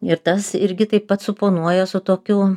ir tas irgi taip pat suponuoja su tokiu